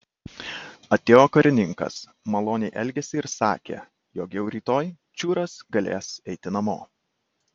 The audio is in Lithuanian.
atėjo karininkas maloniai elgėsi ir sakė jog jau rytoj čiūras galės eiti namo